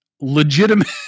Legitimate